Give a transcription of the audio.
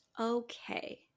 okay